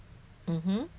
mmhmm